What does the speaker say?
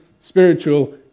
spiritual